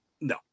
No